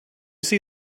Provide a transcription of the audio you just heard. see